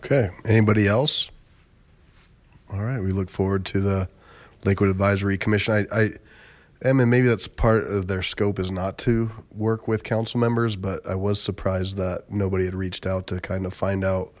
okay anybody else all right we look forward to the liquid advisory commission i am and maybe that's part of their scope is not to work with council members but i was surprised that nobody had reached out to kind of find out